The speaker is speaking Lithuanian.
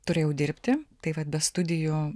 turėjau dirbti tai vat be studijų